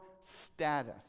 status